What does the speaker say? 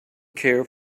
care